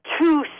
two